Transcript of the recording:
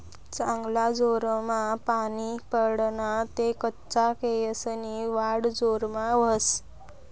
चांगला जोरमा पानी पडना ते कच्चा केयेसनी वाढ जोरमा व्हस